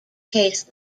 case